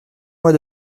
mois